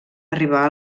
arribar